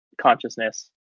consciousness